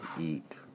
Eat